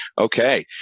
Okay